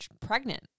pregnant